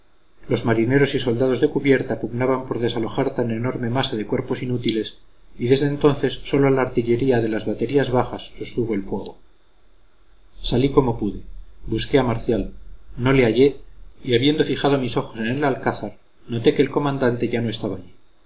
los marineros y soldados de cubierta pugnaban por desalojar tan enorme masa de cuerpos inútiles y desde entonces sólo la artillería de las baterías bajas sostuvo el fuego salí como pude busqué a marcial no le hallé y habiendo fijado mis ojos en el alcázar noté que el comandante ya no estaba allí